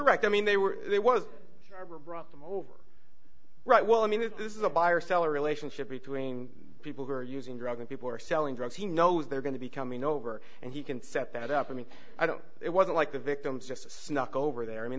direct i mean they were there was brought them over right well i mean if this is a buyer seller relationship between people who are using drugs and people are selling drugs he knows they're going to be coming over and he can set that up i mean i don't it wasn't like the victims just snuck over there i mean